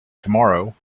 tomorrow